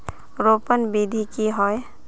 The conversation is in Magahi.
रोपण विधि की होय?